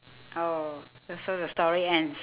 oh and so the story ends